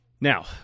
Now